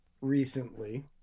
recently